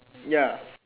ya